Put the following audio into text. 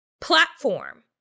platform